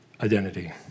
identity